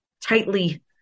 tightly